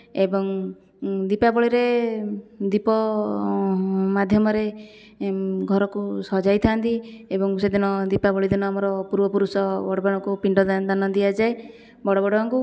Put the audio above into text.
ଏବଂ ଦୀପାବଳିରେ ଦୀପ ମାଧ୍ୟମରେ ଘରକୁ ସଜାଇଥାନ୍ତି ଏବଂ ସେଦିନ ଦୀପାବଳି ଦିନ ଆମର ପୂର୍ବପୁରୁଷ ବଡ଼ବଡ଼ୁଆଙ୍କୁ ପିଣ୍ଡ ଦା ଦାନ ଦିଆଯାଏ ବଡ଼ବଡ଼ୁଆଙ୍କୁ